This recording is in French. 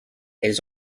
elles